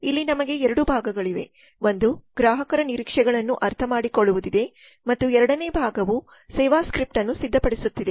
ಇಲ್ಲಿ ನಮಗೆ 2 ಭಾಗಗಳಿವೆ ಒಂದು ಗ್ರಾಹಕರ ನಿರೀಕ್ಷೆಗಳನ್ನು ಅರ್ಥಮಾಡಿಕೊಳ್ಳುವುದಿದೆ ಮತ್ತು ಎರಡನೇ ಭಾಗವು ಸೇವಾ ಸ್ಕ್ರಿಪ್ಟ್ಅನ್ನು ಸಿದ್ಧಪಡಿಸುತ್ತಿದೆ